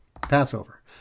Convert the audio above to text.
Passover